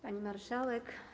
Pani Marszałek!